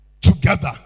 together